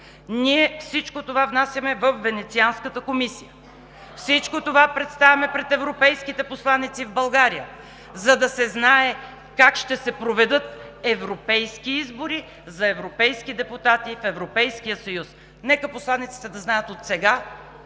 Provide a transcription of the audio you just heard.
всичко това внасяме във Венецианската комисия, всичко това представяме пред европейските посланици в България, за да се знае как ще се проведат европейски избори за европейски депутати в Европейския съюз. Нека посланиците да знаят отсега